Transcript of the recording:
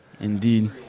Indeed